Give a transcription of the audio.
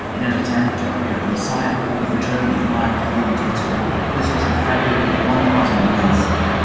in an attempt to appear a messiah who would return the umayyad rule to its glory. this was in february one thousand and nine ce.